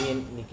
in me